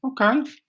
Okay